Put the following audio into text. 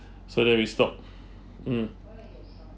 so then we stopped mm